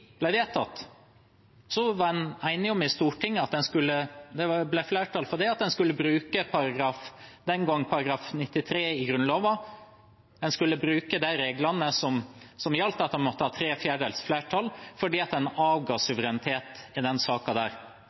vedtatt, var en enig om i Stortinget – det ble flertall for det – at en skulle bruke den gang § 93 i Grunnloven. En skulle bruke de reglene som gjaldt, at en måtte ha tre fjerdedels flertall, fordi en avga suverenitet i den saken – like ens også senere, knyttet til EUs finanstilsyn. Det er